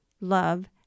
love